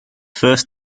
first